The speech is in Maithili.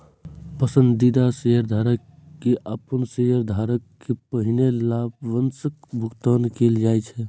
पसंदीदा शेयरधारक कें आम शेयरधारक सं पहिने लाभांशक भुगतान कैल जाइ छै